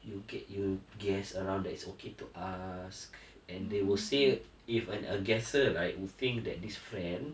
you can you guess around that it's okay to ask and they will say if an a guesser right would think that this friend